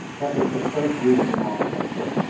that was the first really remarkable thing.